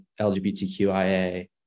lgbtqia